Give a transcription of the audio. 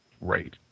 Right